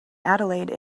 adelaide